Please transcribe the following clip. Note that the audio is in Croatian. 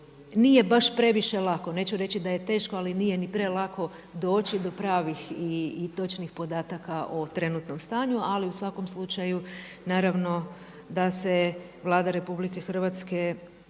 nije baš previše lako. Neću reći da je teško, ali nije ni prelako doći do točnih i pravih podataka o trenutnom stanju, ali u svakom slučaju naravno da se Vlada RH trudi